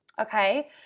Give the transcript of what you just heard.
Okay